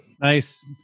Nice